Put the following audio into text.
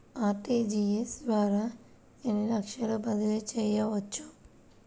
RTGS ద్వారా ఎన్ని లక్షలు బదిలీ చేయవచ్చు?